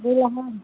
गुड़हल